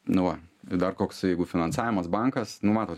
nu va dar koks jeigu finansavimas bankas nu matot